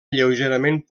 lleugerament